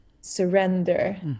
surrender